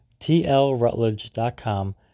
tlrutledge.com